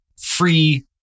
free